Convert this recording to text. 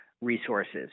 resources